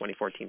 2014